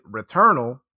Returnal